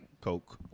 coke